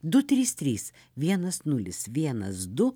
du trys trys vienas nulis vienas du